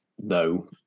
no